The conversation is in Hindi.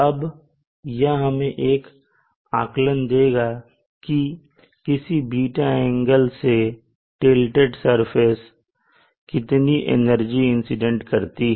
अब यह हमें एक आकलन देगा की किसी ß एंगल से टीलटेड सरफेस कितनी एनर्जी इंसीडेंट करती है